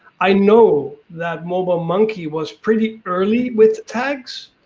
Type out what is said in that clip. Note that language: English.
i know that mobile monkey was pretty early with tags,